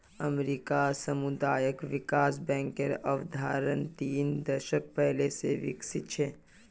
अमेरिकात सामुदायिक विकास बैंकेर अवधारणा तीन दशक पहले स विकसित छ